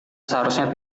seharusnya